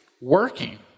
working